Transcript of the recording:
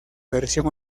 versión